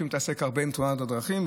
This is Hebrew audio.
שמתעסק הרבה בתאונות הדרכים,